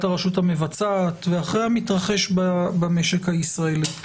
הרשות המבצעת ואחרי המתרחש במשק הישראלי.